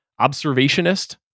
observationist